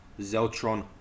Zeltron